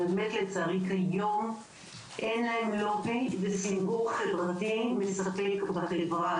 כיום אין להם לובי וסנגור חברתי מספק בחברה.